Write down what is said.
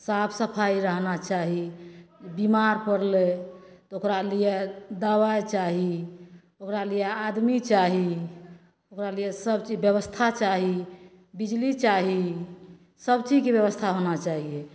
साफ सफाइ रहना चाही बिमार पड़लै तऽ ओकरा लिए दबाइ चाही ओकरा लिये आदमी चाही ओकरा लिये सब चीज व्यवस्था चाही बिजली चाही सब चीजके व्यवस्था होना चाहिये